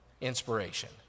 inspiration